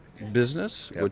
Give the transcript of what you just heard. Business